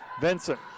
vincent